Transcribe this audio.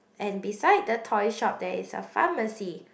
and beside the toy shop there is a pharmacy